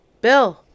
Bill